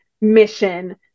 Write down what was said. mission